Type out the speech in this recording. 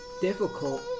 difficult